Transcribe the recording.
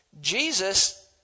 Jesus